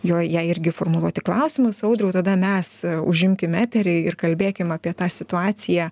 joj jai irgi formuluoti klausimus audriau tada mes užimkim eterį ir kalbėkim apie tą situaciją